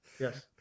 Yes